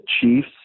Chiefs